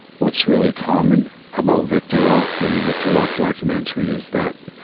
what's really common about victor walk and the victor walk documentary is that,